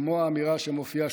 כמו האמירה שמופיעה,